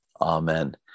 Amen